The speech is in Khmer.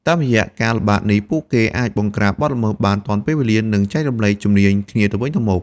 តាមរយៈការល្បាតនេះ ពួកគេអាចបង្ក្រាបបទល្មើសបានទាន់ពេលវេលា និងចែករំលែកជំនាញគ្នាទៅវិញទៅមក។